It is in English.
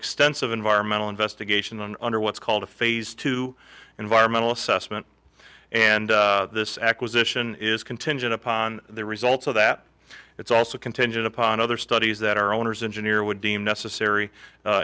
extensive environmental investigation on under what's called a phase two environmental assessment and this acquisition is contingent upon the results of that it's also contingent upon other studies that our owners engineer would deem necessary